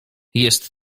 jest